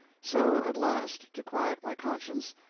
so, at last, to quiet my conscience,